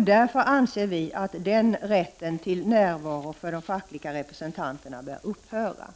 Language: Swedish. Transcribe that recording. De fackliga representanternas närvarorätt bör därför upphöra.